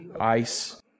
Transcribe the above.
Ice